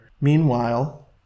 Meanwhile